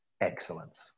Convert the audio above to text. excellence